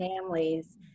families